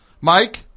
Mike